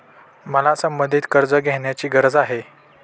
मला संबंधित कर्ज घेण्याची गरज आहे